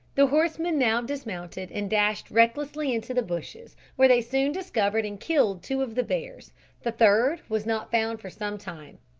the horsemen now dismounted and dashed recklessly into the bushes, where they soon discovered and killed two of the bears the third was not found for some time.